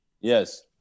Yes